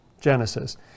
Genesis